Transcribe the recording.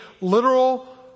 literal